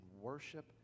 worship